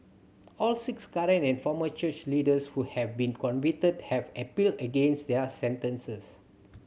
all six current and former church leaders who have been convicted have appealed against their sentences